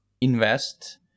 invest